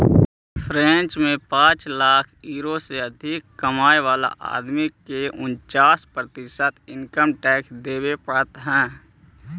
French में पाँच lakh euro से अधिक कमाय वाला आदमी के उन्चास प्रतिशत इनकम टैक्स देवे पड़ऽ हई